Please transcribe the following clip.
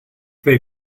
they